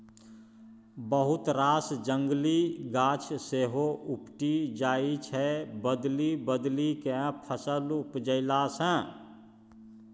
बहुत रास जंगली गाछ सेहो उपटि जाइ छै बदलि बदलि केँ फसल उपजेला सँ